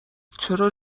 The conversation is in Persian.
چرا